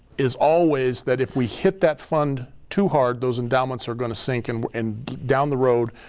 is always that if we hit that fund too hard, those endowments are gonna sink and and down the road,